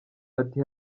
ati